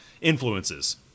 influences